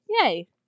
Yay